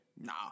Nah